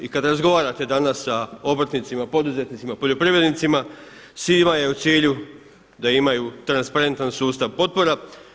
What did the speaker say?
I kada razgovarate danas sa obrtnicima, poduzetnicima, poljoprivrednicima, svima je u cilju da imaju transparentan sustav potpora.